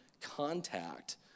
contact